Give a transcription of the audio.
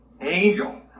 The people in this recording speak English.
Angel